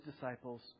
disciples